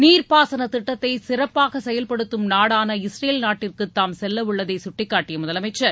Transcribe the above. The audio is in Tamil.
நீர்பாசன திட்டத்தை சிறப்பாக செயல்படுத்தும் நாடான இஸ்ரேல் நாட்டிற்கு தாம் செல்லவுள்ளதை சுட்டிக்காட்டிய முதலமைச்சர்